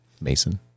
Mason